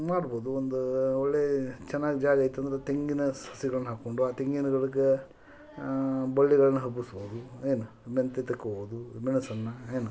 ಮಾಡ್ಬೋದು ಒಂದು ಒಳ್ಳೆಯ ಚೆನ್ನಾಗ್ ಜಾಗ ಇತ್ತಂದ್ರೆ ತೆಂಗಿನ ಸಸಿಗಳ್ನ ಹಾಕ್ಕೊಂಡು ಆ ತೆಂಗಿನ ಗಿಡಕ್ಕೆ ಬಳ್ಳಿಗಳನ್ನು ಹಬ್ಬಿಸ್ಬವುದು ಏನು ಮೆಂತೆ ತಕ್ಕೊಬೋದು ಮೆಣಸನ್ನು ಏನು